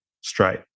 straight